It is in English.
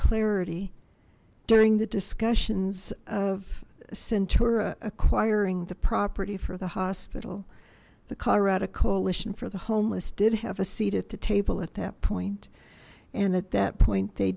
clarity during the discussions of center acquiring the property for the hospital the colorado coalition for the homeless did have a seat at the table at that point and at that point they